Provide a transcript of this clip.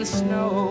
snow